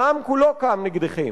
העם כולו קם נגדכם.